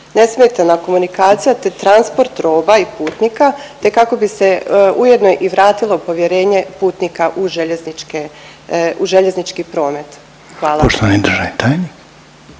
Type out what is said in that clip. nesmetana komunikacija, te transport roba i putnika, te kako bi se ujedno i vratilo povjerenje putnika u željezničke, u